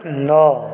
नओ